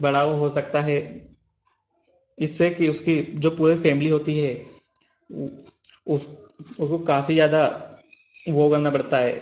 बड़ाउ हो सकता है इससे कि उसकी जो पूरे फैमिली होती है उसको काफ़ी ज़्यादा वह करना पड़ता है